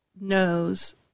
knows